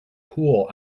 pool